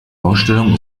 ausstellung